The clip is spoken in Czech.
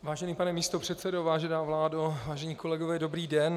Vážený pane místopředsedo, vážená vládo, vážení kolegové, dobrý den.